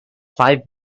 five